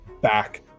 back